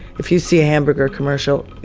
if you see a hamburger commercial,